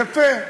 יפה.